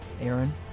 Aaron